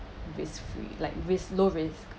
risk free like risk low risk